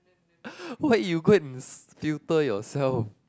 what you go and filter yourself